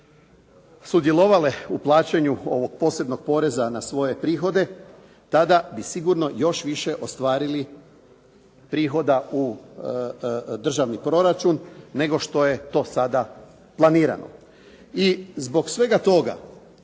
sudjelovale u plaćanju ovog posebnog poreza na svoje prihode, tada bi sigurno još više ostvarili prihoda u državni proračun, nego što je to sada planirano. I zbog svega toga,